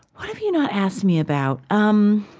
what have you not asked me about? um